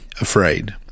afraid